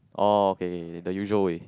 orh K K K the usual way